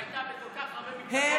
אישה שהייתה בכל כך הרבה מפלגות,